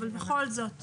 בוקר טוב לכולם.